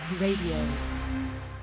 Radio